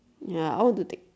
ya I want to take